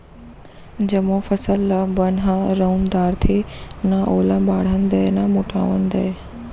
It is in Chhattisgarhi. जमो फसल ल बन ह रउंद डारथे, न ओला बाढ़न दय न मोटावन दय